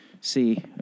see